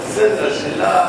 והבריאות נתקבלה.